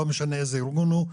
לא משנה איזה ארגון הוא,